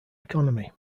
economy